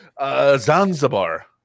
Zanzibar